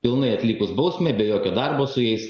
pilnai atlikus bausmę be jokio darbo su jais